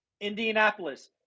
Indianapolis